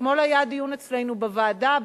אתמול היה דיון אצלנו בוועדה,